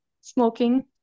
smoking